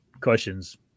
Questions